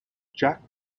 jack